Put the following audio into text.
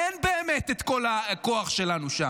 אין באמת את כל הכוח שלנו שם,